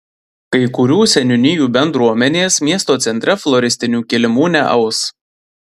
kai kurių seniūnijų bendruomenės miesto centre floristinių kilimų neaus